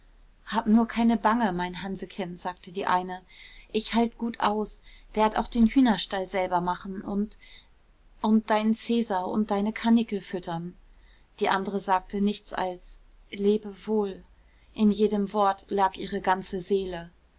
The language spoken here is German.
hab nur keine bange mein hanseken sagte die eine ich halt gut aus werd auch den hühnerstall selber machen und und deinen cäsar und deine karnickel füttern die andere sagte nichts als lebe wohl in jedem wort lag ihre ganze seele